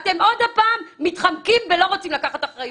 אתם עוד פעם מתחמקים ולא רוצים לקחת אחריות.